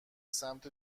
سمت